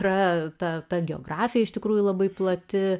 yra ta geografija iš tikrųjų labai plati